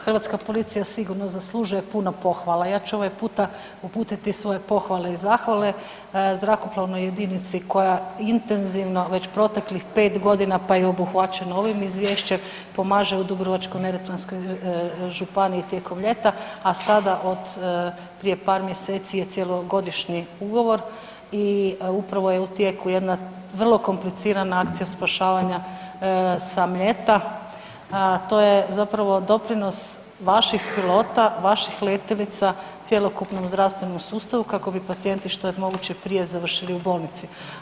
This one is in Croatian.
Hrvatska policija sigurno zaslužuje puno pohvale, ja ću ovaj puta uputiti svoje pohvale i zahvale zrakoplovnoj jedinici koja intenzivno već proteklih 5 g. pa i obuhvaćeno ovim izvješćem, pomaže u Dubrovačko-neretvanskoj županiji tijekom ljeta a sada od prije par mjeseci je cijelogodišnji ugovor i upravo je u tijeku jedna vrlo komplicirana akcija spašavanja sa Mljeta, to je zapravo doprinos vaših pilota, vaših letjelica, cjelokupnu u zdravstvenom sustavu kako bi pacijenti što je moguće prije završili u bolnici.